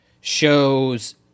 shows